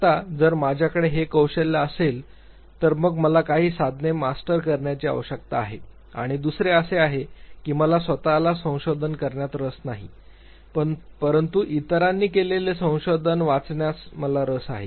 आता जर माझ्याकडे हे कौशल्य असेल तर मग मला काही साधने मास्टर करण्याची आवश्यकता आहे आणि दुसरे असे आहे की मला स्वत ला संशोधन करण्यात रस नाही परंतु इतरांनी केलेले संशोधन वाचण्यात मला रस आहे